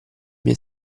mie